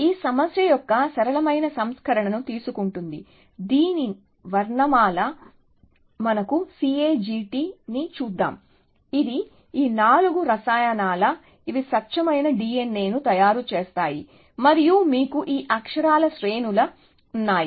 ఈ సమస్య యొక్క సరళమైన సంస్కరణను తీసుకుంటుంది దీని వర్ణమాల మనకు CAGT ని చూద్దాం ఇవి ఈ నాలుగు రసాయనాలు ఇవి స్వచ్ఛమైన D N A ను తయారు చేస్తాయి మరియు మీకు ఈ అక్షరాల శ్రేణులు ఉన్నాయి